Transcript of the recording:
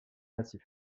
massif